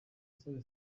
gasore